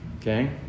Okay